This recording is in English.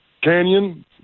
Canyon